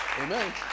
amen